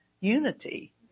unity